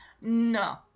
No